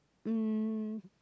um